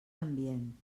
ambient